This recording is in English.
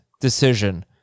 decision